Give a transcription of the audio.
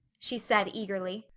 she said eagerly.